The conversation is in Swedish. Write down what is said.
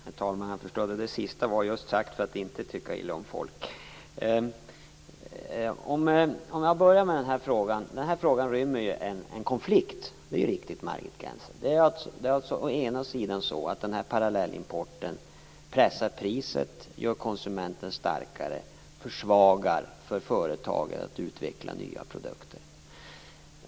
Herr talman! Jag förstår att det sista sades för att Margit Gennser inte vill tänka illa om folk. Frågan rymmer en konflikt. Det är riktigt, Margit Gennser. Parallellimporten pressar å ena sidan priset och gör konsumenten starkare men försvagar å andra sidan företagens möjligheter att utveckla nya produkter.